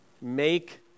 Make